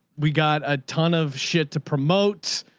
we got a ton of shit to promote.